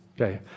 okay